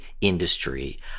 industry